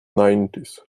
nineties